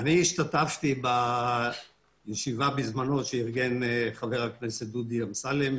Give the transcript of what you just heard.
אני השתתפתי בזמנו בישיבה שקיים חבר הכנסת דודי אמסלם,